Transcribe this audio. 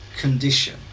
condition